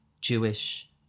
Jewish